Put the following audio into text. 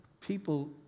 people